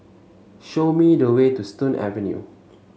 show me the way to Stone Avenue